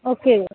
okay